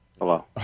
Hello